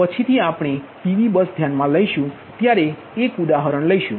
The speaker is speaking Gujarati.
તેથી પછી થી આપણે PV બસ ધ્યાનમાં લઈશું ત્યારે એક ઉદાહરણ લઇશુ